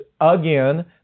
again